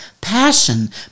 passion